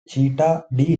cheetah